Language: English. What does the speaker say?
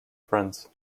friends